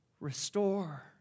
restore